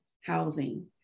housing